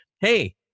hey